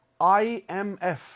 IMF